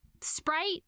Sprite